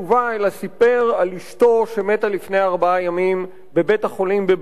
אלא סיפר על אשתו שמתה לפני ארבעה ימים בבית-החולים בברלין.